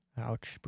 Ouch